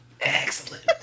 Excellent